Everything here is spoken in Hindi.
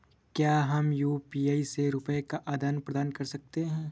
क्या हम यू.पी.आई से रुपये का आदान प्रदान कर सकते हैं?